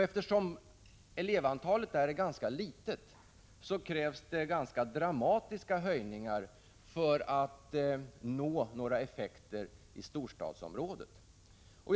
Eftersom elevantalet där är ganska litet krävs det dramatiska höjningar för att nå några effekter i storstadsområdena.